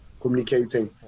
communicating